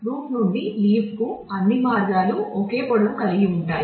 route నుండి leaf కు అన్ని మార్గాలు ఒకే పొడవు కలిగి ఉంటాయి